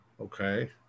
Okay